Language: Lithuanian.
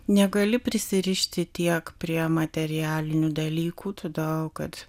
negali prisirišti tiek prie materialinių dalykų todėl kad